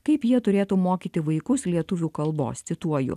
kaip jie turėtų mokyti vaikus lietuvių kalbos cituoju